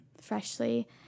Freshly